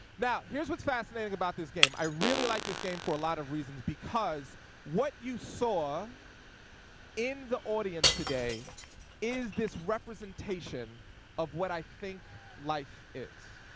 now, here's what's fascinating about this game. i really like this game for a lot of reasons, because what you saw in the audience today is this representation of what i think life is.